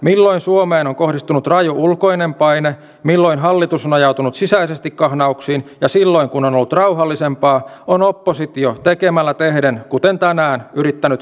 milloin suomeen on kohdistunut raju ulkoinen paine milloin hallitus on ajautunut sisäisesti kahnauksiin ja silloin kun on ollut rauhallisempaa on oppositio tekemällä tehden kuten tänään yrittänyt kylvää riitaa